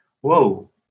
whoa